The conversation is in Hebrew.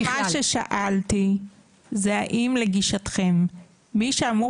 כל מה ששאלתי זה האם לגישתכם מי שאמור